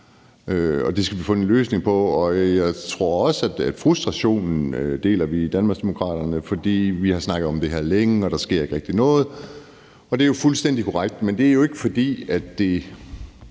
og det skal vi have fundet en løsning på. Jeg tror også, vi deler frustrationen i Danmarksdemokraterne, for vi har snakket om det her længe, og der sker ikke rigtig noget; det er jo fuldstændig korrekt. Men det er jo ikke, fordi det